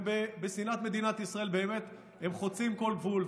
ובשנאת מדינת ישראל באמת הם חוצים כל גבול.